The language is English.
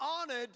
honored